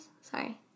Sorry